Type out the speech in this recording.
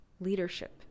leadership